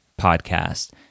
podcast